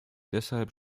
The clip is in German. deshalb